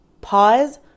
pause